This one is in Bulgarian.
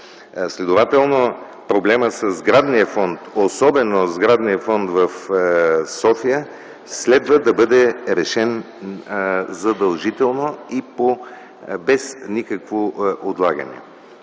Следователно проблемът със сградния фонд, особено сградния фонд в София, следва да бъде решен задължително и без никакво отлагане.